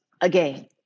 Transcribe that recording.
again